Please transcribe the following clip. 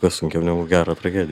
kas sunkiau negu gerą tragediją